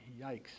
yikes